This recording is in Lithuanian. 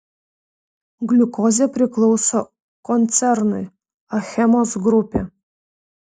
gliukozė priklauso koncernui achemos grupė